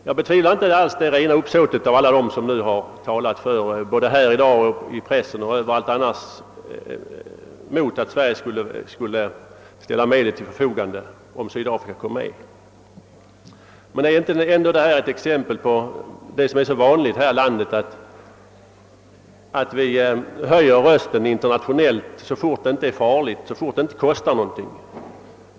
Jag betvivlar inte alls det rena uppsåtet hos alla dem som både här i dag och i pressen har talat mot att Sverige skulle ställa medel till förfogande, om Sydafrika fick delta i olympiaden. Men är inte detta ändå ett exempel på vad som är så vanligt här i landet, nämligen att vi höjer rösten internationellt så fort det inte är farligt, så fort det inte kostar någonting?